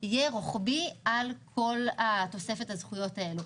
יהיה רחבי על כל תוספת הזכויות האלה.